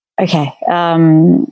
Okay